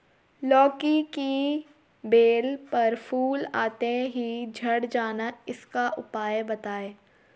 लौकी की बेल पर फूल आते ही झड़ जाना इसका उपाय बताएं?